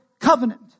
covenant